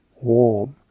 warm